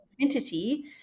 entity